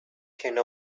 came